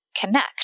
connect